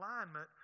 alignment